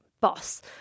boss